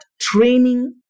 training